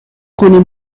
کنیم